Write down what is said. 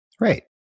Right